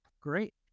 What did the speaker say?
great